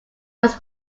was